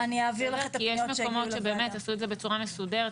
כי יש מקומות שבאמת עשו את זה בצורה מסודרת,